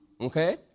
okay